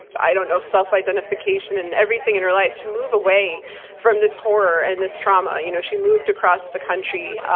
i don't know, self-identification, and everything in her life, to move away from this horror, and this trauma. you know she moved across the country,